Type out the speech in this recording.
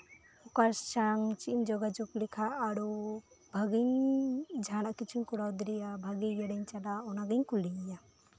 ᱚᱠᱚᱭ ᱥᱟᱶ ᱪᱮᱫᱤᱧ ᱡᱳᱜᱟᱡᱳᱜᱽ ᱞᱮᱠᱷᱟᱱ ᱟᱨᱚ ᱵᱷᱟᱹᱜᱤᱧ ᱡᱟᱦᱟᱱᱟᱜ ᱠᱤᱪᱷᱩᱧ ᱠᱚᱨᱟᱣ ᱫᱟᱲᱮᱭᱟᱜᱼᱟ ᱵᱷᱟᱹᱜᱤ ᱤᱭᱟᱹᱨᱤᱧ ᱪᱟᱞᱟᱜ ᱚᱱᱟᱜᱤᱧ ᱠᱩᱞᱤᱭᱮᱭᱟ